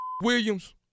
Williams